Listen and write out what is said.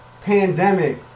pandemic